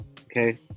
Okay